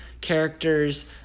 characters